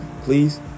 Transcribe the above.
please